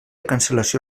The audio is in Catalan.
cancel·lació